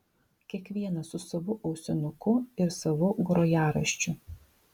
kiekvienas su savu ausinuku ir savu grojaraščiu